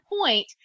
point